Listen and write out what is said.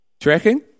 Tracking